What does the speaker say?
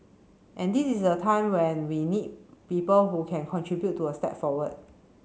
and this is a time when we need people who can contribute to a step forward